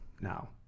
now